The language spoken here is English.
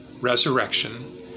resurrection